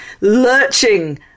lurching